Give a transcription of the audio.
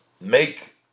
make